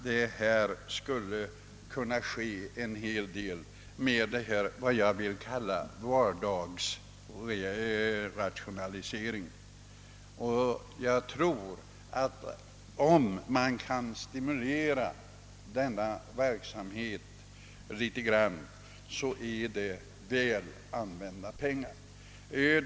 Det skulle kunna göras en hel del på vad jag vill kalla vardagsrationaliseringens område. Om man kunde stimulera denna verksamhet :7zore det väl använda pengar.